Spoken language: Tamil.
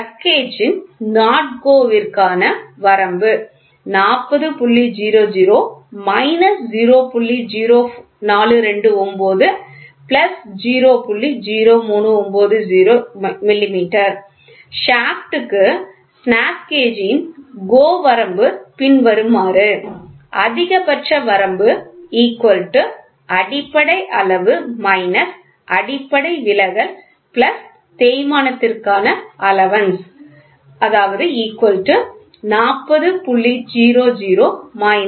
பிளக் கேஜ் NOT GO ற்கான வரம்பு ஷாஃப்ட் க்கு ஸ்னாப் கேஜின் GO வரம்பு பின்வருமாறு அதிகபட்ச வரம்பு அடிப்படை அளவு அடிப்படை விலகல் தேய்மானத்திற்கான அலவன்ஸ் 40